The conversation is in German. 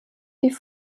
die